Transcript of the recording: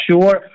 sure